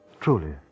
Truly